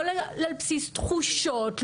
לא על בסיס תחושות,